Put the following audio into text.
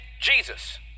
Jesus